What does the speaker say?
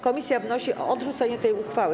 Komisja wnosi o odrzucenie tej uchwały.